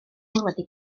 wedi